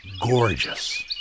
gorgeous